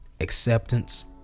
acceptance